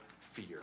fear